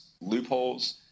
loopholes